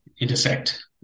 intersect